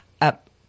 up